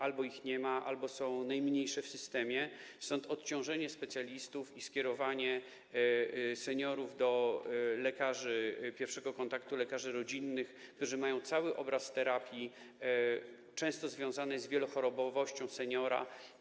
Albo ich nie ma, albo są najmniejsze w systemie, stąd odciążenie specjalistów i skierowanie seniorów do lekarzy pierwszego kontaktu, lekarzy rodzinnych, którzy mają cały obraz terapii, często związany z wielochorobowością seniora.